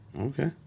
Okay